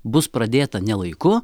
bus pradėta ne laiku